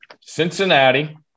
Cincinnati